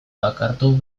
bakartu